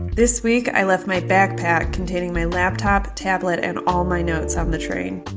this week, i left my backpack containing my laptop, tablet and all my notes on the train.